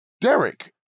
Derek